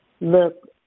look